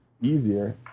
easier